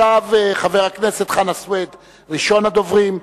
חבר הכנסת חנא סוייד הוא ראשון הדוברים,